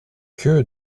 que